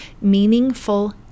meaningful